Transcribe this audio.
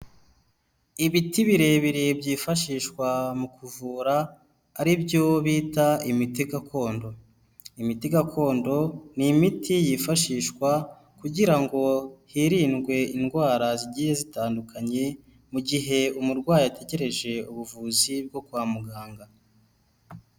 Ibiti birebire byifashishwa mu kuvura ari byo bita imiti gakondo. Imiti gakondo ni imiti yifashishwa kugira ngo hirindwe indwara zigiye zitandukanye mu gihe umurwayi ategereje ubuvuzi bwo kwa muganga.